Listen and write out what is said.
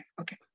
Okay